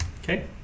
Okay